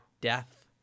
death